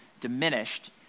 diminished